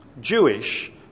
Jewish